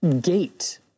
gate